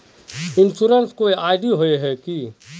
Insurance कोई ID होय है की?